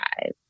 five